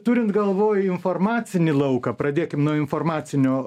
turint galvoj informacinį lauką pradėkim nuo informacinio